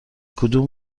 کدوم